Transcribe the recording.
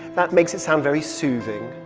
that makes it sound very soothing.